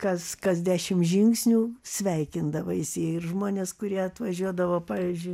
kas kas dešim žingsnių sveikindavaisi ir žmonės kurie atvažiuodavo pavyzdžiui